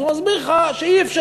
אז הוא מסביר לך שאי-אפשר,